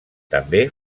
també